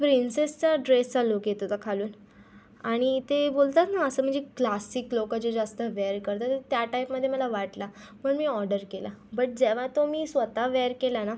प्रिन्सेसच्या ड्रेसचा लूक येत होता खालून आणि ते बोलतात ना असं म्हणजे क्लासिक लोकं जे जास्त वेअर करतात तर त्या टाइपमध्ये मला वाटला म्हणून मी ऑर्डर केला बट जेव्हा तो मी स्वत वेअर केला ना